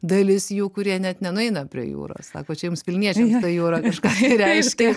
dalis jų kurie net nenueina prie jūros sako čia jums vilniečiams ta jūra kažką tai reiškia